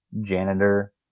janitor